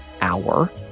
hour